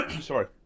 sorry